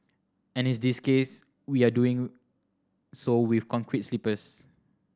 and in this case we are doing so with concrete sleepers